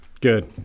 Good